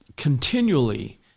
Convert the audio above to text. continually